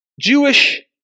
Jewish